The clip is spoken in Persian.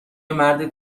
مرد